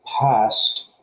past